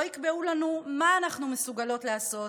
לא יקבעו לנו מה אנחנו מסוגלות לעשות